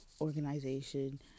organization